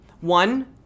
one